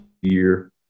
year